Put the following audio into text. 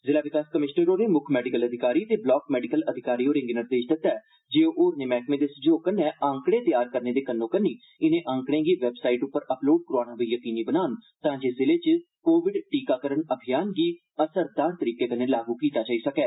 जिला विकास कमिशनर होरें मुक्ख मेडिकल अधिकारी ते ब्लाक मेडिकल अधिकारी होरेंगी निर्देश दित्ता ऐ जे ओह् होरनें मैहकमे दे सैह्योग कन्नै आंकड़े तैयार करने दे कन्नो कन्नी इनेंगी वैबसाईट उप्पर अपलोड करोआना बी यकीनी बनान तांजे जिले च कोविड टीकाकरण अभियान गी असरदार तरीके कन्नै लागू कीता जाई सकै